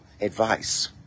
advice